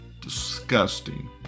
disgusting